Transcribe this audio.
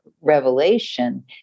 revelation